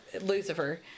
Lucifer